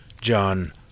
John